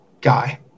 guy